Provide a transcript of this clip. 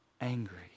angry